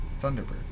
Thunderbird